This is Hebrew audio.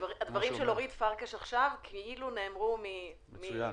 הדברים של אורית פרקש עכשיו כאילו נאמרו ממני.